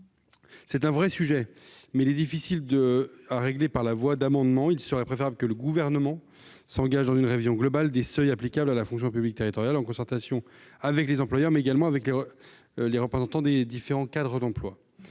d'un vrai sujet, mais qu'il est difficile d'aborder par voie d'amendements. Il serait préférable que le Gouvernement s'engage dans une révision globale des seuils applicables à la fonction publique territoriale, en concertation avec les employeurs, mais également avec les représentants des différents cadres d'emplois.